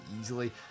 easily